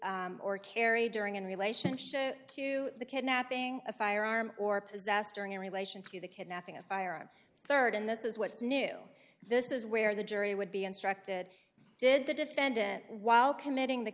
use or carry during in relationship to the kidnapping a firearm or possessed during in relation to the kidnapping a firearm third and this is what's new this is where the jury would be instructed did the defendant while committing the